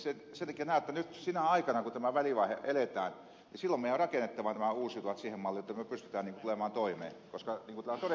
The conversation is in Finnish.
sen takia näen että nyt sinä aikana kun tämä välivaihe eletään meidän on rakennettava nämä uusiutuvat siihen malliin että me pystymme tulemaan toimeen koska niin kuin täällä on todettu uraaniakaan ei ole pysyvästi